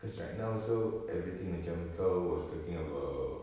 because right now also everything macam kau was talking about